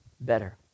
better